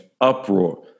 uproar